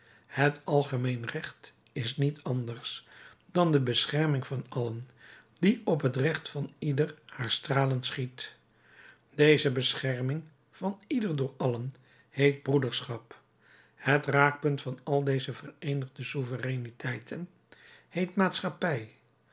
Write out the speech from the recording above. het algemeen recht is niet anders dan de bescherming van allen die op het recht van ieder haar stralen schiet deze bescherming van ieder door allen heet broederschap het raakpunt van al deze vereenigde souvereiniteiten heet maatschappij